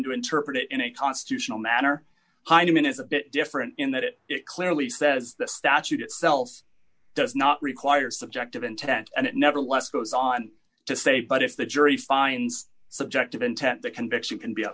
to interpret it in a constitutional manner heineman is a bit different in that it clearly says the statute itself does not require subjective intent and it never left goes on to say but if the jury finds subjective intent the conviction can be